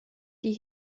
die